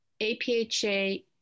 APHA